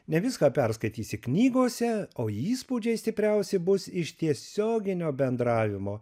ne viską perskaitysi knygose o įspūdžiai stipriausi bus iš tiesioginio bendravimo